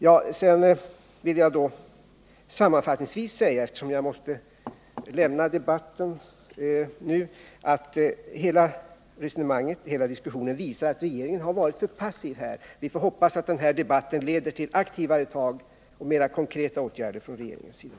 Jag vill sammanfattningsvis säga — eftersom jag måste lämna debatten nu — att hela den här diskussionen visat att regeringen varit för passiv. Vi får hoppas att debatten leder till mer aktiva tag och mer konkreta åtgärder från regeringens sida.